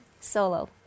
solo